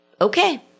okay